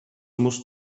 musst